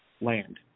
land